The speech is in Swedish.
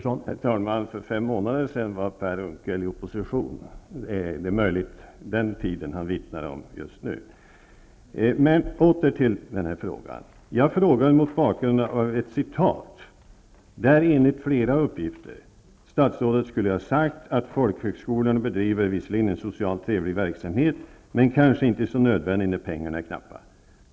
Herr talman! För fem månader sedan befann sig Per Unckel i oppositionsställning. Det är möjligt att det är den tiden som han vittnar om just nu. Åter till problemet. Jag frågar mot bakgrund av ett citat. Statsrådet skulle enligt fleras uppgift ha sagt att folkhögskolorna visserligen bedriver en socialt trevlig verksamhet, men som kanske inte är så nödvändig när penningtillgången är knapp.